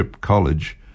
College